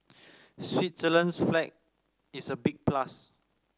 Switzerland's flag is a big plus